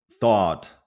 thought